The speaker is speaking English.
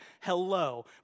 hello